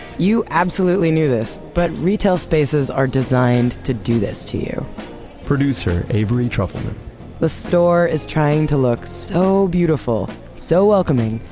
you absolutely knew this, but retail spaces are designed to do this to you producer avery trufelman the store is trying to look so beautiful, so welcoming.